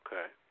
Okay